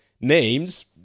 names